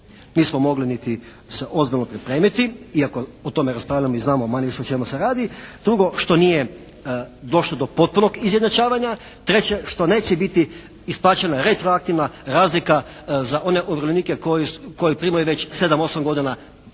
Nismo mogli niti ozbiljno se pripremiti iako o tome raspravljamo i znamo manje-više o čemu se radi. Drugo, što nije došlo do potpunog izjednačavanja. Treće što neće biti isplaćena retroaktivna razlika za one umirovljenike koji primaju već sedam, osam godina